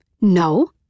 No